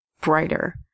brighter